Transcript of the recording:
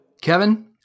Kevin